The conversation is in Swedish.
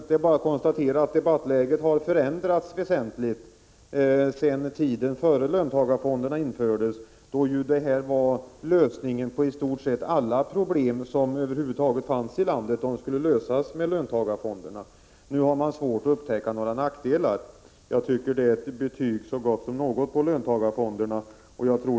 Det är bara att konstatera att debattläget har förändrats väsentligt sedan tiden innan löntagarfonderna infördes, då de var lösningen på i stort sett alla problem som finns i landet. Nu har man svårt att upptäcka några nackdelar. Det är ett betyg så gott som något på löntagarfonderna.